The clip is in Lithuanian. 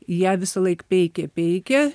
ją visąlaik peikė peikė